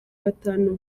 batanu